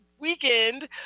weekend